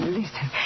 listen